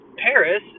Paris